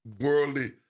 worldly